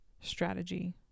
strategy